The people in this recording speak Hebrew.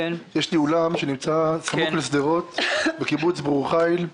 יש לי אולם שנמצא סמוך לשדרות, בקיבוץ ברור חיל,